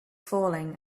falling